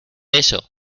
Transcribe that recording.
eso